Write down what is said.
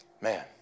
Man